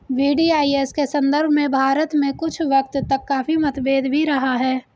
VDIS के संदर्भ में भारत में कुछ वक्त तक काफी मतभेद भी रहा है